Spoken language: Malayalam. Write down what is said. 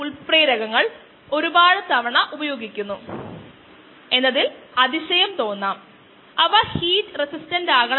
സബ്സ്ട്രേറ്റ് ഇഫക്റ്റ് ഉൾപ്പെടുത്തുന്നതിന് mu m S by K s plus S എടുക്കുന്നു